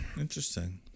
Interesting